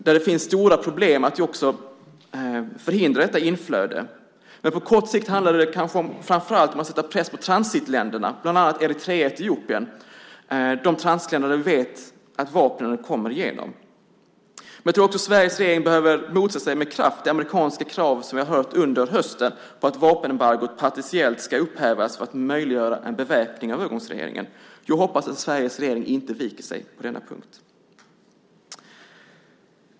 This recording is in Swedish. Det finns stora problem med att förhindra detta inflöde, men på kort sikt handlar det kanske framför allt om att sätta press på de transitländer, bland annat Eritrea och Etiopien, som vi vet att vapnen kommer genom. Jag tror också att Sveriges regering med kraft behöver motsätta de amerikanska krav som vi har hört under hösten om att vapenembargot partiellt ska upphävas för att möjliggöra en beväpning av övergångsregeringen. Jag hoppas att Sveriges regering inte viker sig på denna punkt.